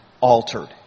altered